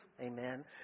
amen